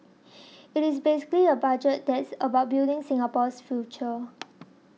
it is basically a Budget that's about building Singapore's future